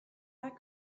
pas